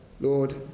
Lord